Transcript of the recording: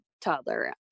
toddler